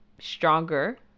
stronger